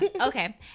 Okay